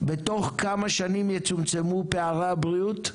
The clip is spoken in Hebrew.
בתוך כמה שנים יצומצמו פערי הבריאות,